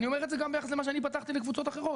ואני אומר את זה גם ביחס למה שאני פתחתי לקבוצות אחרות.